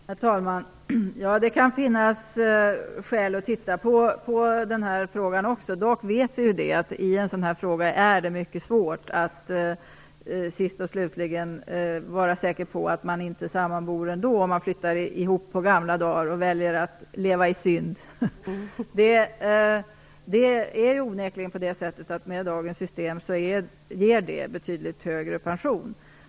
Herr talman! Det kan finnas skäl att titta på den här frågan också. Dock vet vi att det är mycket svårt att sist och slutligen vara säker på att människor inte sammanbor ändå, om de flyttar ihop på gamla dar och väljer att "leva i synd". Det ger onekligen, med dagens system, betydligt högre pension.